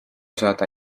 saada